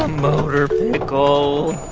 ah motor pickle